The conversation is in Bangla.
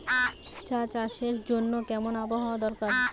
চা চাষের জন্য কেমন আবহাওয়া দরকার?